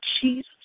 Jesus